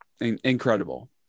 incredible